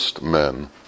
men